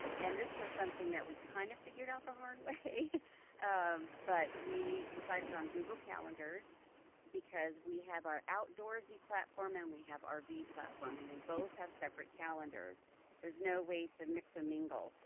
and this was something that we kind of figured out the hard way um but we decided on google calendars because we have our outdoorsy platform and we have our v platform and they both have separate calendars there's no way to mix a mingle.